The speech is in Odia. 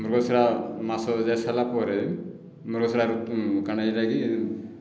ମୃଗଶିରା ମାସ ଯାଇ ସାରିଲା ପରେ ମୃଗଶିରା କାଣା ଏଇଟାକି